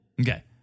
Okay